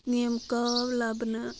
یِم کاو لبنہٕ